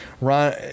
Ron